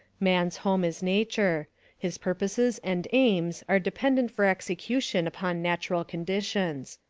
man's home is nature his purposes and aims are dependent for execution upon natural conditions.